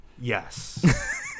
Yes